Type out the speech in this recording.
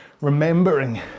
remembering